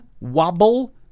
wobble